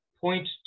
point